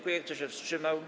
Kto się wstrzymał?